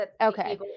Okay